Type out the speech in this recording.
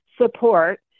support